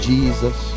Jesus